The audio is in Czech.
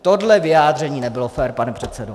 Tohle vyjádření nebylo fér, pane předsedo.